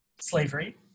slavery